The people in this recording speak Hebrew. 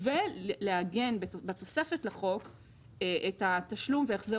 ולעגן בתוספת לחוק את התשלום והחזר